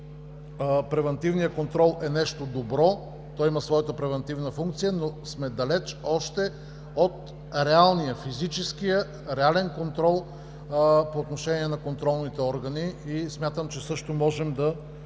превантивният контрол е нещо добро. Той има превантивна функция, но още сме далеч от реалния, физическия контрол по отношение на контролните органи. Смятам, че можем да